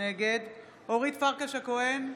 נגד אורית פרקש הכהן,